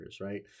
right